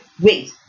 Wait